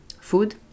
food